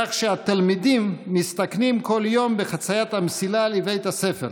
כך שהתלמידים מסתכנים כל יום בחציית המסילה לבית הספר.